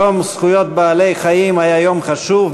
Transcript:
יום זכויות בעלי-חיים היה יום חשוב.